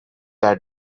that